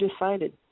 decided